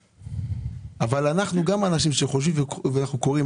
אבל גם אנחנו אנשים חושבים ואנחנו קוראים.